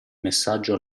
messaggio